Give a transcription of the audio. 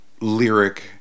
lyric